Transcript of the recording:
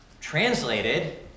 translated